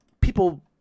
People